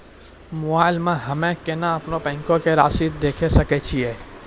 Mobile मे हम्मय केना अपनो बैंक रासि देखय सकय छियै?